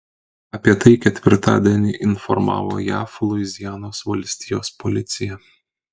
apie tai ketvirtadienį informavo jav luizianos valstijos policija